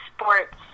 sports